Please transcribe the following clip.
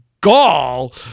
gall